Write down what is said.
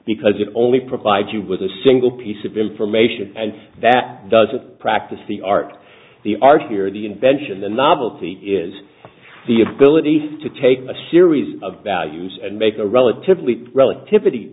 because it only provides you with a single piece of information that doesn't practice the art the argue or the invention the novelty is the ability to take a series of values and make a relatively relativity